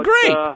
great